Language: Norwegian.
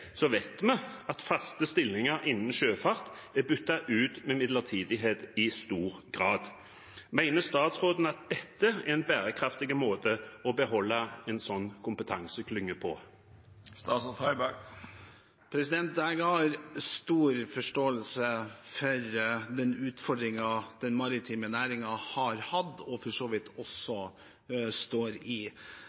vet vi at faste stillinger innen sjøfart er byttet ut med midlertidighet i stor grad. Mener statsråden at dette er en bærekraftig måte å beholde en slik kompetanseklynge på? Jeg har stor forståelse for den utfordringen den maritime næringen har hatt, og for så vidt også står i,